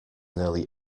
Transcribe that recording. nearly